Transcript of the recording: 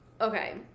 okay